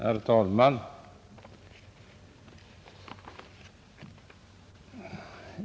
Herr talman!